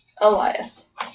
Elias